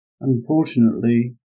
Unfortunately